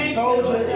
soldier